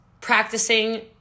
practicing